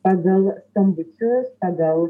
pagal skambučius pagal